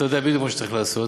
אתה יודע בדיוק מה צריך לעשות,